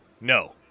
no